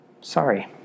sorry